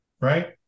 right